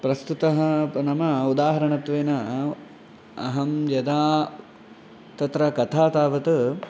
प्रस्तुतः त नाम उदाहरणत्वेन अहं यदा तत्र कथा तावत्